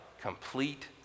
complete